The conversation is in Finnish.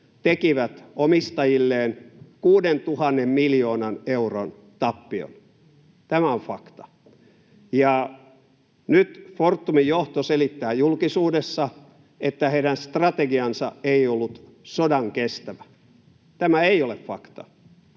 tekivät omistajilleen 6 000 miljoonan euron tappion. Tämä on fakta. Nyt Fortumin johto selittää julkisuudessa, että heidän strategiansa ei ollut sodan kestävä. Tämä ei ole fakta.